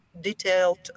detailed